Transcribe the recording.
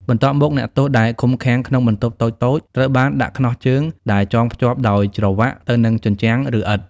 បន្ទាប់មកអ្នកទោសដែលឃុំឃាំងក្នុងបន្ទប់តូចៗត្រូវបានដាក់ខ្នោះជើងដែលចងភ្ជាប់ដោយច្រវាក់ទៅនឹងជញ្ជាំង ឬឥដ្ឋ។